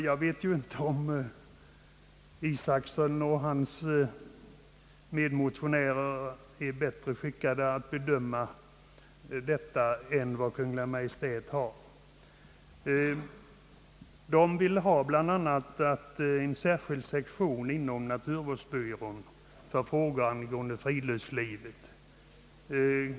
Jag vet inte om herr Isacson och hans medmotionärer är bättre skickade att bedöma detta än Kungl. Maj:t. De vill bl.a. ha en särskild sektion inom naturvårdsbyrån för frågor angående friluftslivet.